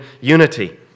unity